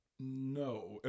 no